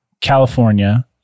California